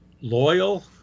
loyal